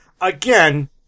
again